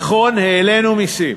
נכון, העלינו מסים,